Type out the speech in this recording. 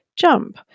Jump